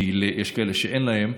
כי יש כאלה שאין להם,